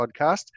podcast